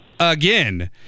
Again